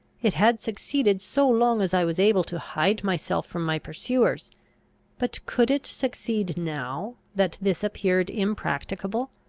it had succeeded so long as i was able to hide myself from my pursuers but could it succeed now, that this appeared impracticable,